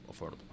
affordable